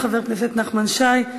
חבר הכנסת נחמן שי,